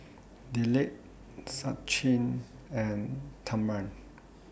Dilip Sachin and Tharman